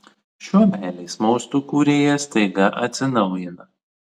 šiuo meilės mostu kūrėjas staiga atsinaujina